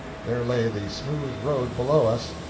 there lay the smooth road below us,